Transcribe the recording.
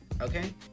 Okay